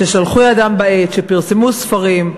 ששלחו ידם בעט, שפרסמו ספרים,